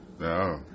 No